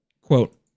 Quote